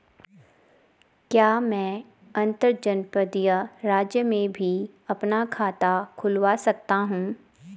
क्या मैं अंतर्जनपदीय राज्य में भी अपना खाता खुलवा सकता हूँ?